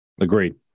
Agreed